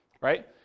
Right